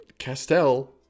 castell